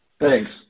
Thanks